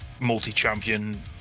multi-champion